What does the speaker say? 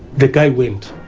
the guy went.